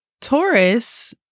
Taurus